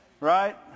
right